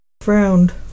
frowned